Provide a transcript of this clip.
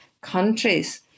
countries